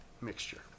mixture